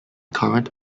current